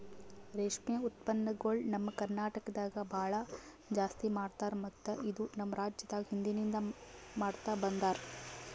ರೇಷ್ಮೆ ಉತ್ಪನ್ನಗೊಳ್ ನಮ್ ಕರ್ನಟಕದಾಗ್ ಭಾಳ ಜಾಸ್ತಿ ಮಾಡ್ತಾರ ಮತ್ತ ಇದು ನಮ್ ರಾಜ್ಯದಾಗ್ ಹಿಂದಿನಿಂದ ಮಾಡ್ತಾ ಬಂದಾರ್